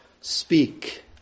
speak